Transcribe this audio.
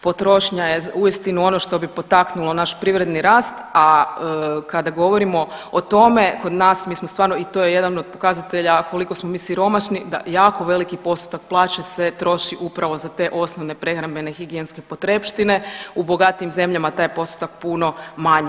Potrošnja je uistinu ono što bi potaknulo naš privredni rast, a kada govorimo o tome kod nas, mi smo stvarno i to je jedan od pokazatelja koliko smo mi siromašni, jako veliki postotak plaće se troši upravo za te osnovne prehrambene i higijenske potrepštine, u bogatijim zemljama taj je postotak puno manji.